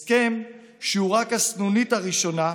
זהו הסכם שהוא רק הסנונית הראשונה,